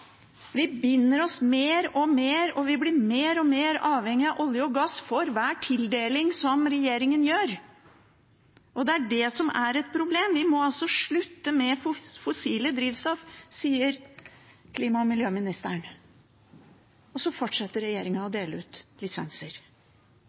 Vi binder oss mer og mer og blir mer avhengige av olje og gass for hver tildeling regjeringen gir. Det er det som er et problem. Vi må slutte med fossile drivstoff, sier klima- og miljøministeren, og så fortsetter regjeringen å